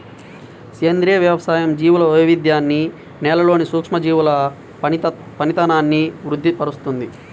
సేంద్రియ వ్యవసాయం జీవుల వైవిధ్యాన్ని, నేలలోని సూక్ష్మజీవుల పనితనాన్ని వృద్ది పరుస్తుంది